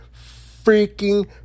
freaking